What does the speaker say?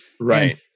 right